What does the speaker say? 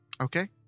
Okay